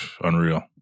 unreal